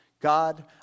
God